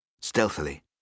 Stealthily